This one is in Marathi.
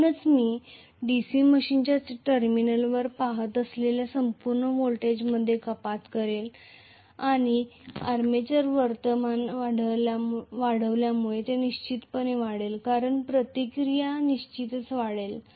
म्हणूनच मी डीसी मशीनच्या टर्मिनलवर पाहत असलेल्या संपूर्ण व्होल्टेजमध्ये कपात करेल आणि आर्मेचर करंट वाढल्यामुळे हे निश्चितपणे वाढेल कारण प्रतिक्रिया निश्चितच वाढेल